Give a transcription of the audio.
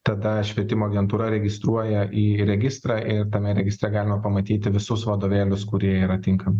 tada švietimo agentūra registruoja į registrą ir tame registre galima pamatyti visus vadovėlius kurie yra tinkami